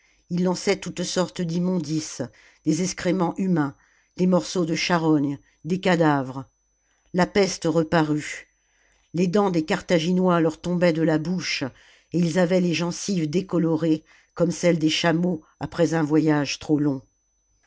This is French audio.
ils lançaient toutes sortes d'immondices des excréments humains des morceaux de charogne des cadavres la peste reparut les dents des carthaginois leur tombaient de la bouche et ils avaient les gencives décolorées comme celles des chameaux après un voyage trop long